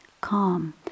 calm